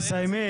בסוף אני